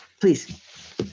Please